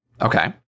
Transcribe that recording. Okay